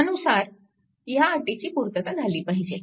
त्यानुसार ह्या अटीची पूर्तता झाली पाहिजे